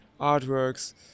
artworks